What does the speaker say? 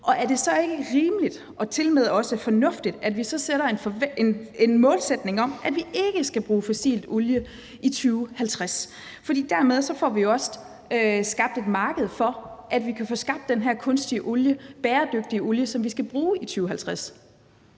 og er det så ikke også rimeligt og tilmed fornuftigt, at vi så sætter en målsætning om, at vi ikke skal bruge fossil olie i 2050? For dermed får vi også skabt et marked for, at vi kan få skabt den her kunstige olie, den her bæredygtige olie, som vi skal bruge i 2050.